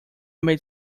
made